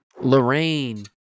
Lorraine